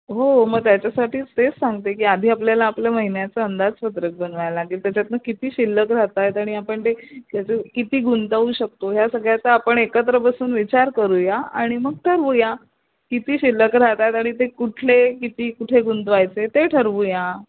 हो मग त्याच्यासाठीच तेच सांगते की आधी आपल्याला आपल्या महिन्याच अंदाज पत्रक बनवाय लागेल त्याच्यातनं किती शिल्लक राहतायेत आणि आपण ते त्याचे किती गुंतवू शकतो ह्या सगळ्याचा आपण एकत्र बसून विचार करूया आणि मग ठरवूया किती शिल्लक राहतायत आणि ते कुठले किती कुठे गुंतवायचे ते ठरवूया